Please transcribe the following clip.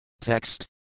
TEXT